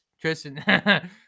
Tristan